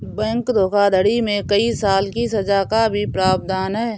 bank धोखाधड़ी में कई साल की सज़ा का भी प्रावधान है